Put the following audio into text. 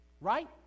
right